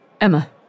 Emma